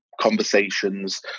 conversations